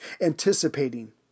anticipating